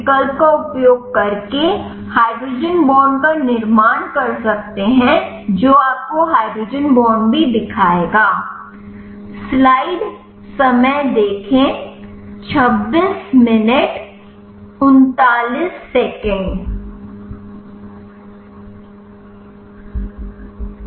तो आप इस विकल्प का उपयोग करके हाइड्रोजन बॉन्ड का निर्माण कर सकते हैं जो आपको हाइड्रोजन बॉन्ड भी दिखाएगा